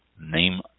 name